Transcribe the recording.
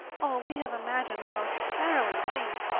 oh, we have imagined the most harrowing things.